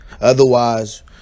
Otherwise